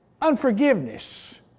unforgiveness